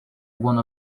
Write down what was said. one